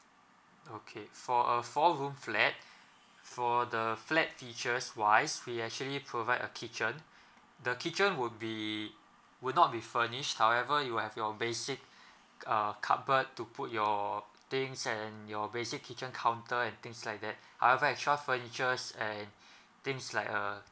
okay for a four room flat for the flat features wise we actually provide a kitchen the kitchen would be would not be furnished however you have your basic uh cupboard to put your things and your basic kitchen counter and things like that furnitures and things like uh